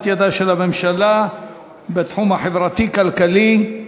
ידה של הממשלה בתחום החברתי וכלכלי.